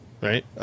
right